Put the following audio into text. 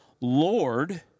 Lord